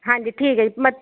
ਹਾਂਜੀ ਠੀਕ ਹੈ ਜੀ ਮਤ